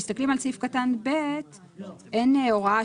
אינו פעוט כי פעוט זה עד גיל חמש.